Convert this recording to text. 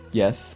yes